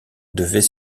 devait